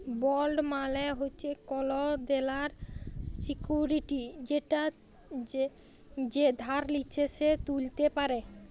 bond মালে হচ্যে কল দেলার সিকুইরিটি যেটা যে ধার লিচ্ছে সে ত্যুলতে পারে